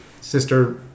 sister